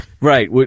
Right